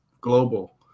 global